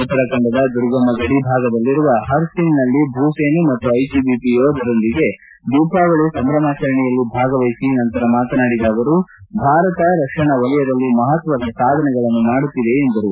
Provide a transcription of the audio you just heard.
ಉತ್ತರಾಖಂಡದ ದುರ್ಗಮ ಗಡಿ ಭಾಗದಲ್ಲಿರುವ ಪರ್ಸಿಲ್ನಲ್ಲಿ ಭೂ ಸೇನೆ ಮತ್ತು ಐಟಿಐಪಿ ಯೋಧರೊಂದಿಗೆ ದೀಪಾವಳಿ ಸಂಭ್ರಮಾಚರಣೆಯಲ್ಲಿ ಭಾಗವಹಿಸಿದ ನಂತರ ಮಾತನಾಡಿದ ಅವರು ಭಾರತ ರಕ್ಷಣಾ ವಲಯದಲ್ಲಿ ಮಹತ್ವದ ಸಾಧನೆಗಳನ್ನು ಮಾಡುತ್ತಿದೆ ಎಂದರು